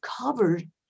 covered